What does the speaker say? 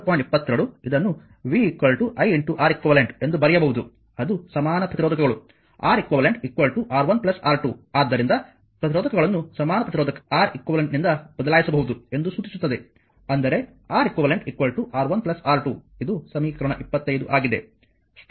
22 ಇದನ್ನು viReq ಎಂದು ಬರೆಯಬಹುದು ಅದು ಸಮಾನ ಪ್ರತಿರೋಧಕಗಳು Req R1 R2 ಆದ್ದರಿಂದ ಪ್ರತಿರೋಧಕಗಳನ್ನು ಸಮಾನ ಪ್ರತಿರೋಧಕ Req ನಿಂದ ಬದಲಾಯಿಸಬಹುದು ಎಂದು ಸೂಚಿಸುತ್ತದೆ ಅಂದರೆ Req R1 R2 ಇದು ಸಮೀಕರಣ 25 ಆಗಿದೆ